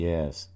Yes